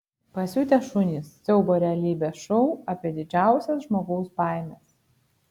pasiutę šunys siaubo realybės šou apie didžiausias žmogaus baimes